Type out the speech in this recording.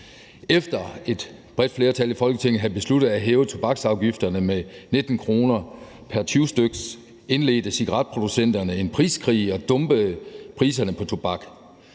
Efter et bredt flertal i Folketinget havde besluttet at hæve tobaksafgifterne med 19 kr. pr. 20 stk., indledte cigaretproducenterne en priskrig og dumpede priserne på tobak.